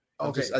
Okay